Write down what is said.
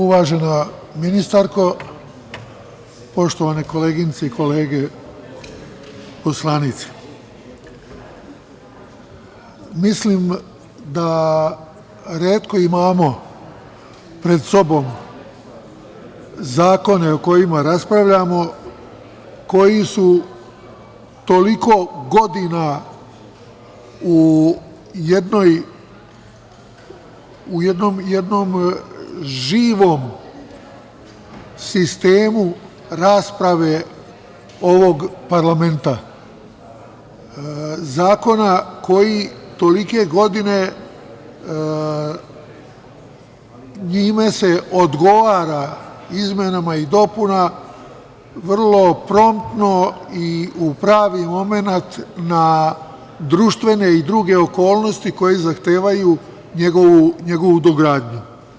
Uvažena ministarko, poštovane koleginice i kolege poslanici, mislim da retko imamo pred sobom zakone o kojima raspravljamo koji su toliko godina u jednom živom sistemu rasprave ovog parlamenta, zakona koji tolike godine njime se odgovara izmenama i dopunama vrlo promptno i u pravi momenat na društvene i druge okolnosti koje zahtevaju njegovu dogradnju.